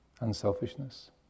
unselfishness